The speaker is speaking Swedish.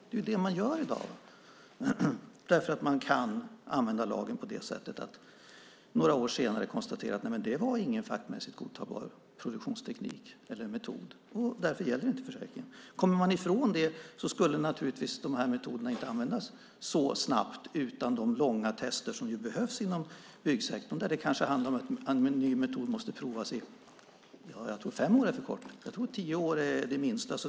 Det är vad man gör i dag eftersom man kan använda lagen på det sättet att man några år senare konstaterar: Det var inte någon fackmässigt godtagbar produktionsteknik eller metod, och därför gäller inte försäkringen. Kommer man ifrån det skulle metoderna inte användas så snabbt utan de långa tester som behövs inom byggsektorn. Det kanske handlar om att en ny metod måste prövas längre. Jag tror att fem år är för kort och att tio år är det minsta.